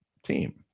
team